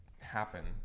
happen